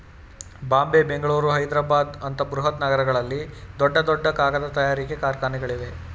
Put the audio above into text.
ಬಾಂಬೆ, ಬೆಂಗಳೂರು, ಹೈದ್ರಾಬಾದ್ ಅಂತ ಬೃಹತ್ ನಗರಗಳಲ್ಲಿ ದೊಡ್ಡ ದೊಡ್ಡ ಕಾಗದ ತಯಾರಿಕೆ ಕಾರ್ಖಾನೆಗಳಿವೆ